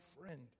friend